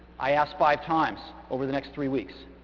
i asked five times over the next three weeks,